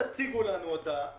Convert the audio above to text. תציגו לנו אותה.